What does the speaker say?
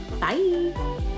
Bye